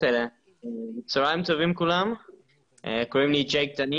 כשהייתי בצבא,